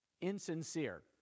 insincere